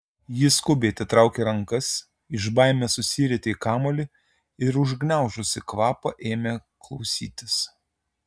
ji skubiai atitraukė rankas iš baimės susirietė į kamuolį ir užgniaužusi kvapą ėmė klausytis